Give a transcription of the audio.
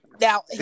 now